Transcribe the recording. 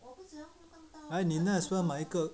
then 你 might as well 买一个